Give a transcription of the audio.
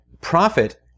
profit